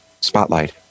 spotlight